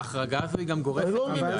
ההחרגה שהקראת עכשיו היא גם גורפת מדיי.